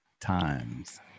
times